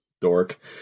dork